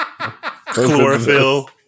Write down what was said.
chlorophyll